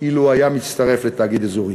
אילו הצטרף לתאגיד אזורי.